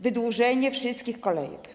Wydłużenie wszystkich kolejek.